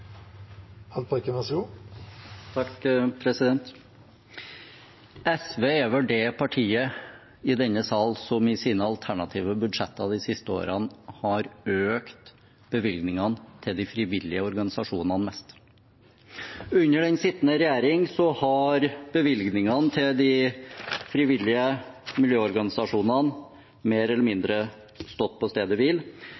SV er vel det partiet i denne sal som i sine alternative budsjetter de siste årene har økt bevilgningene til de frivillige organisasjonene mest. Under den sittende regjering har bevilgningene til de frivillige miljøorganisasjonene mer eller